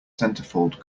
centerfold